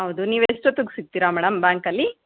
ಹೌದು ನೀವು ಎಷ್ಟೊತ್ತಿಗ್ ಸಿಗ್ತೀರ ಮೇಡಮ್ ಬ್ಯಾಂಕಲ್ಲಿ